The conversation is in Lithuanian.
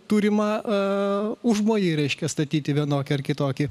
turimą užmojį reiškia statyti vienokį ar kitokį